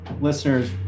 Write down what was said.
Listeners